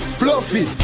fluffy